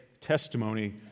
Testimony